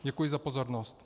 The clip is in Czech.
Děkuji za pozornost.